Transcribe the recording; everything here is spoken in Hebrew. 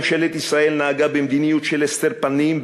ממשלת ישראל נהגה במדיניות של הסתר פנים,